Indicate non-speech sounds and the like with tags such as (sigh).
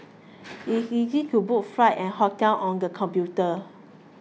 (noise) it is easy to book flights and hotels on the computer